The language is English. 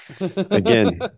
Again